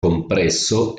compresso